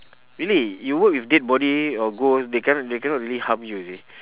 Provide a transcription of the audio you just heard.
really you work with dead body or ghost they cannot they cannot really harm you you see